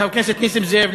חבר הכנסת נסים זאב,